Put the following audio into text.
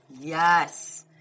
Yes